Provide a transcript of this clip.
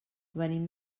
venim